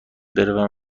بروم